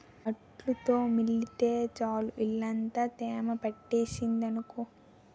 అంట్లు తోమితే చాలు ఇల్లంతా తేమ పట్టేసింది అనుకో